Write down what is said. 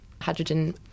hydrogen